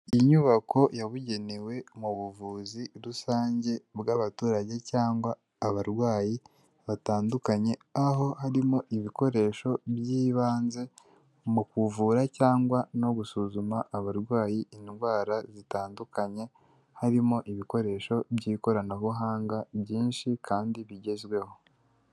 Inyubako yabugenewe mu buvuzi rusange bw'abaturage cyangwa abarwayi batandukanye, aho harimo ibikoresho by'ibanze mu kuvura cyangwa no gusuzuma abarwayi indwara zitandukanye, harimo ibikoresho by'ikoranabuhanga byinshi, kandi bigezweho.